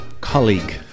colleague